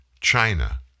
China